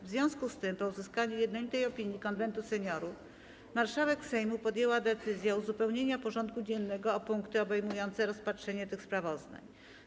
W związku z tym, po uzyskaniu jednolitej opinii Konwentu Seniorów, marszałek Sejmu podjęła decyzję o uzupełnieniu porządku dziennego o punkty obejmujące rozpatrzenie tych sprawozdań.